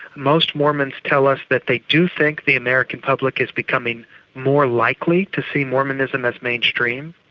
most mormons tells us that they do think the american public is becoming more likely to see mormonism as mainstream.